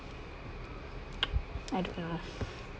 I don't know